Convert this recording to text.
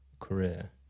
career